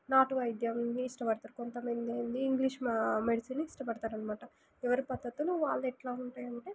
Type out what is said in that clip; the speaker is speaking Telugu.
నాటు వైద్యాన్ని ఇష్టపడతారు కొంతమంది ఏంటి ఇంగ్లీష్ మా మెడిసెన్ని ఇష్టపడతారనమాట ఎవరు పద్ధతులు వాళ్ళదెట్లా ఉంటాయంటే